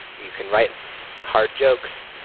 you can write hard jokes.